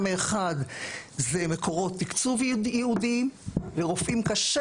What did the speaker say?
האחד הוא מקורות תקצוב ייעודיים לרופאים קשה